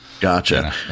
gotcha